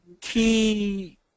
key